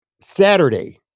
Saturday